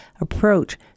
approach